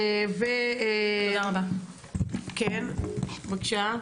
יוכי, בבקשה.